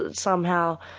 and somehow,